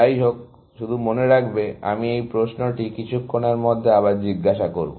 যাইহোক শুধু মনে রাখবে আমি এই প্রশ্নটি কিছুক্ষণের মধ্যে আবার জিজ্ঞাসা করব